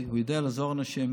הוא יודע לעזור לאנשים,